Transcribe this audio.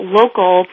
local